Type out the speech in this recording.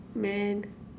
man